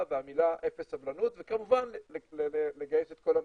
והמילה אפס סבלנות וכמובן לגייס את כל המשאבים.